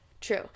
True